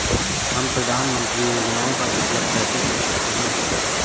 हम प्रधानमंत्री योजनाओं का विकल्प कैसे चुन सकते हैं?